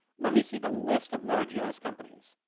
let me see the list of large us companies.